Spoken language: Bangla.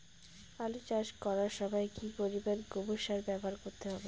আলু চাষ করার সময় কি পরিমাণ গোবর সার ব্যবহার করতে হবে?